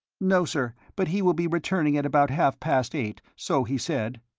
no, sir, but he will be returning at about half-past eight, so he said.